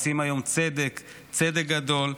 עושים היום צדק גדול,